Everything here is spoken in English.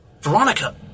Veronica